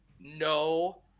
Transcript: no